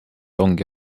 ongi